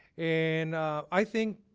and i think,